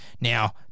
Now